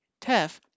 Tef